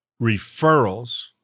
referrals